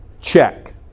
Check